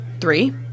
three